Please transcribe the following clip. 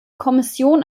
kommission